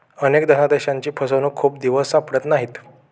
अनेक धनादेशांची फसवणूक खूप दिवस सापडत नाहीत